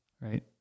right